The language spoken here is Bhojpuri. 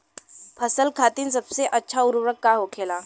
फसल खातीन सबसे अच्छा उर्वरक का होखेला?